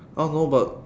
I don't know but